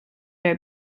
are